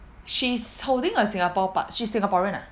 she's holding a singapore but she's singaporean ah